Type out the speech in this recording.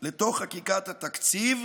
לתוך חקיקת התקציב,